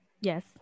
Yes